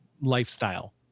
lifestyle